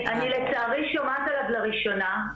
--- אני לצערי שומעת עליו לראשונה.